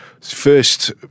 first